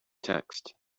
text